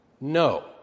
no